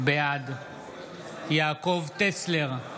בעד יעקב טסלר,